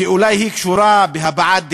שאולי היא קשורה בהבעת דעה,